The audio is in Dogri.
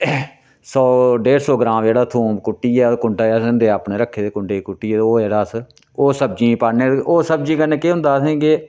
सौ डेढ सौ ग्राम जेह्ड़ा थूम कुट्टियै कुंडे असें होंदे अपने रक्खे दे कुंड़े च कुट्टियै ओह् जेह्ड़ा अस ओह् सब्जियें पान्ने उस सब्जी कन्नै केह् होंदा असें के